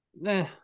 Nah